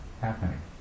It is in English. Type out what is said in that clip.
happening